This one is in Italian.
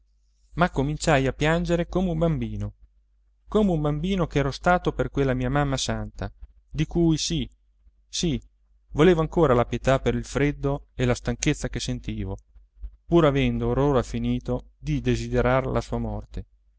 ma cominciai a piangere come un bambino come il bambino che ero stato per quella mia mamma santa di cui sì sì volevo ancora la pietà per il freddo e la stanchezza che sentivo pur avendo or ora finito di desiderar la sua morte